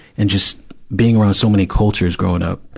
and just being around so many cultures growing up,